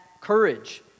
courage